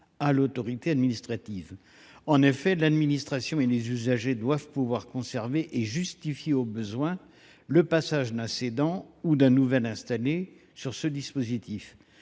à l’autorité administrative. En effet, l’administration et les usagers doivent pouvoir conserver et justifier, au besoin, du recours d’un cédant ou d’un nouvel installé à ce dispositif.